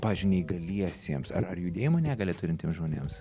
pavyzdžiui neįgaliesiems ar ar judėjimo negalią turintiem žmonėms